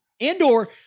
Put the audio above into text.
Andor